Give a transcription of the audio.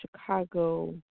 Chicago